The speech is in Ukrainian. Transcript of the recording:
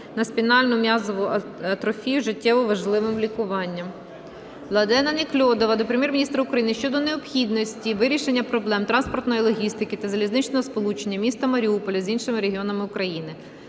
на спінальну м'язову атрофію, життєво важливим лікуванням. Владлена Неклюдова до Прем'єр-міністра України щодо необхідності вирішення проблем транспортної логістики та залізничного сполучення міста Маріуполя з іншими регіонами України.